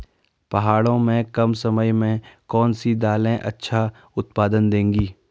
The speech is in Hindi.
पहाड़ों में कम समय में कौन सी दालें अच्छा उत्पादन देंगी?